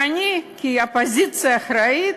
ואני, כאופוזיציה אחראית,